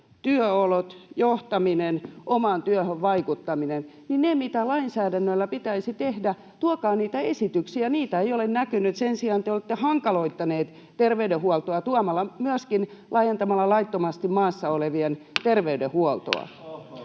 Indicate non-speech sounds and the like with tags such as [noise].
työolot, johtaminen, omaan työhön vaikuttaminen, niin sitä, mitä lainsäädännöllä pitäisi tehdä — tuokaa niitä esityksiä — ei ole näkynyt. Sen sijaan te olette hankaloittaneet terveydenhuoltoa laajentamalla laittomasti maassa olevien [noise]